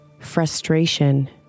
frustration